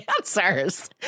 answers